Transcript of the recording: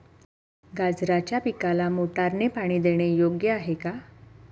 गाजराच्या पिकाला मोटारने पाणी देणे योग्य आहे का?